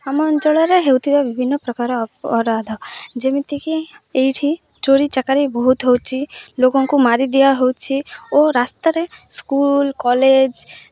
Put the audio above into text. ଆମ ଅଞ୍ଚଳରେ ହେଉଥିବା ବିଭିନ୍ନପ୍ରକାର ଅପରାଧ ଯେମିତିକି ଏଇଠି ଚୋରି ଚାକାରୀ ବହୁତ ହେଉଛି ଲୋକଙ୍କୁ ମାରିଦିଆ ହେଉଛି ଓ ରାସ୍ତାରେ ସ୍କୁଲ୍ କଲେଜ